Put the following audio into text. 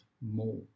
more